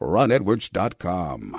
RonEdwards.com